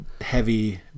heavy